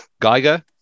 Geiger